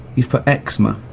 you've put eczema.